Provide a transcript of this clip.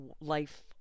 life